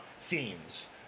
themes